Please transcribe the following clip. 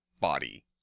body